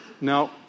No